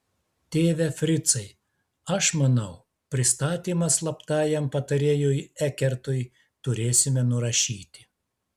tėve fricai aš manau pristatymą slaptajam patarėjui ekertui turėsime nurašyti